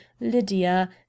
lydia